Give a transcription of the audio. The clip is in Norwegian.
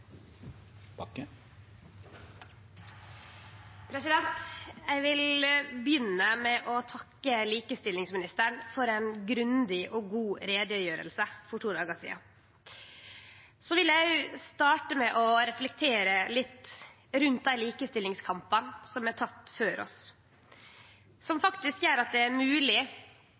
Eg vil begynne med å takke likestillingsministeren for ei grundig og god utgreiing for to dagar sidan. Eg vil òg starte med å reflektere litt rundt dei likestillingskampane som er tekne før oss, som faktisk gjer at det er